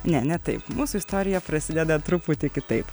ne ne taip mūsų istorija prasideda truputį kitaip